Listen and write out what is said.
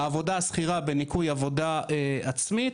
העבודה השכירה בניכוי עבודה עצמית.